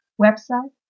website